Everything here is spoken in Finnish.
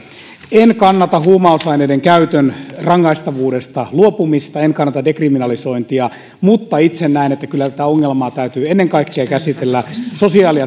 en kannata huumausaineiden käytön rangaistavuudesta luopumista en kannata dekriminalisointia mutta itse näen että kyllä tätä ongelmaa täytyy käsitellä ennen kaikkea sosiaali